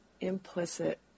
implicit